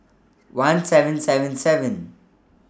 one seven seven seven